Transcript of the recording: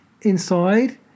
inside